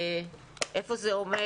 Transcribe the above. איפה זה עומד?